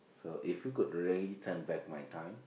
so if you could really turn back my time